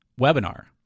webinar